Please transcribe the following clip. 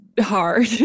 hard